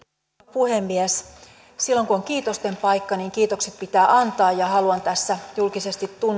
puhemies silloin kun on kiitosten paikka niin kiitokset pitää antaa ja haluan tässä julkisesti